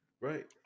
Right